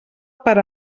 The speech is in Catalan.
per